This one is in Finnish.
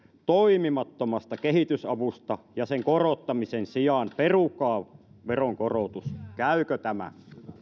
toimimattomasta kehitysavusta ja sen korottamisen sijaan perukaa veronkorotus käykö tämä